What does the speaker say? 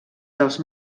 dels